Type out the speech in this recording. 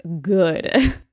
good